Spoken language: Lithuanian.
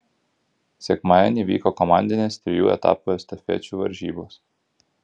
sekmadienį vyko komandinės trijų etapų estafečių varžybos